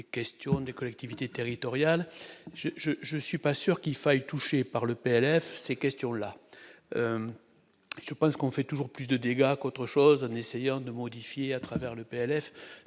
questions des collectivités territoriales, je, je, je suis pas sûr qu'il faille touchés par le PLF ces questions-là, je pense qu'on fait toujours plus de dégâts qu'autre chose, en essayant de modifier à travers le PLF des